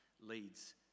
leads